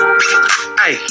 hey